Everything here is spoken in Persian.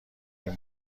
این